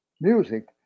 music